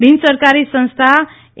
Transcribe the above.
બિનસરકારી સંસ્થા એ